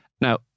now